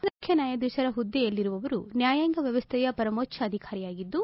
ಭಾರತದ ಮುಖ್ಯನ್ಯಾಯಾಧೀತರ ಹುದ್ದೆಯಲ್ಲಿರುವವರು ನ್ಯಾಯಾಂಗ ವ್ಯವಸ್ವೆಯ ಪರಮೋಚ್ಚ ಅಧಿಕಾರಿಯಾಗಿದ್ದು